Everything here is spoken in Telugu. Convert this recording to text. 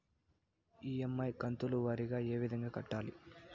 ఇ.ఎమ్.ఐ కంతుల వారీగా ఏ విధంగా కట్టాలి